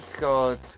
God